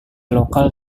lokal